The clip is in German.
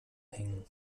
hängen